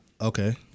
Okay